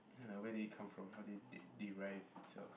ya like where did it come from how did it derive it itself